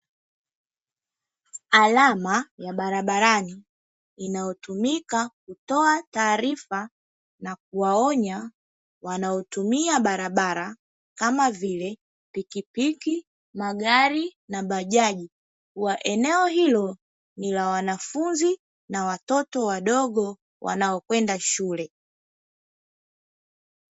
Alama ya barabarani inayotumika kutoa taarifa na kuwaonya wanaotumia barabara kama vile pikipiki, magari na bajaji kuwa eneo hilo ni la wanafunzi na watoto wadogo wanaokwenda shule.